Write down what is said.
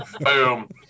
Boom